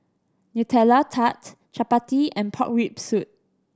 Nutella Tart chappati and pork rib soup